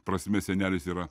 prasme senelis yra